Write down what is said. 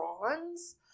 bronze